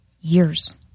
years